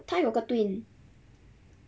他有个 twin